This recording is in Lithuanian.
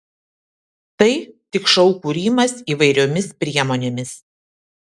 tai tik šou kūrimas įvairiomis priemonėmis